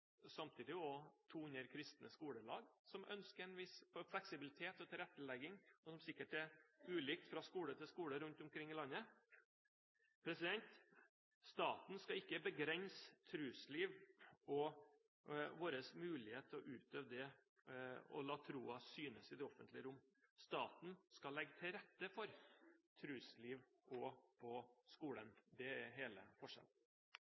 samtidig også 200 kristne skolelag som ønsker en viss fleksibilitet og tilrettelegging, og som sikkert er ulikt fra skole til skole rundt omkring i landet. Staten skal ikke begrense trosliv og vår mulighet til å utøve det og la troen synes i det offentlige rommet. Staten skal legge til rette for trosliv, også på skolen. Det er hele forskjellen.